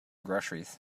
groceries